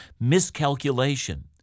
miscalculation